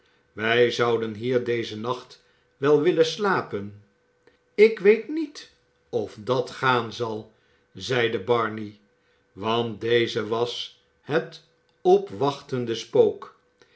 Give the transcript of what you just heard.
wij zouden hier dezen nacht wel willen slapen ik weet niet of dat gaan zal zeide barney want deze was het